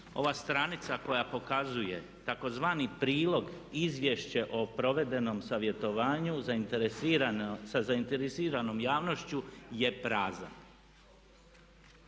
ova stranica koja pokazuje tzv. prilog Izvješće o provedenom savjetovanju sa zainteresiranom javnošću je prazna.